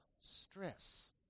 stress